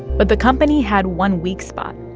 but the company had one weak spot.